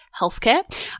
healthcare